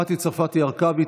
מטי צרפתי הרכבי,